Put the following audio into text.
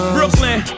Brooklyn